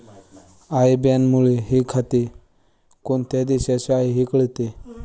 I बॅनमुळे हे खाते कोणत्या देशाचे आहे हे कळते